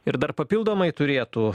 ir dar papildomai turėtų